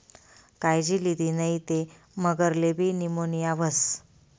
कायजी लिदी नै ते मगरलेबी नीमोनीया व्हस